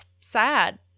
sad